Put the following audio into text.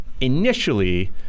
initially